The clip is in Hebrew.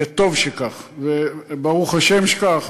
וטוב שכך, ברוך השם שכך.